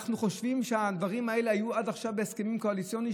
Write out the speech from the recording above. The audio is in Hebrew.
אנחנו חושבים שהדברים האלה היו עד עכשיו בהסכמים קואליציוניים,